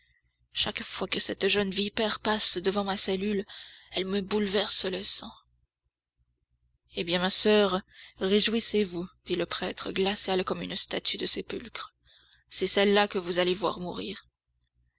chaque fois que cette jeune vipère passe devant ma cellule elle me bouleverse le sang eh bien ma soeur réjouissez-vous dit le prêtre glacial comme une statue de sépulcre c'est celle-là que vous allez voir mourir